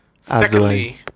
Secondly